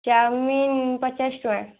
chowmein ପଚାଶ ଟଙ୍କା